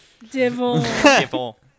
Devil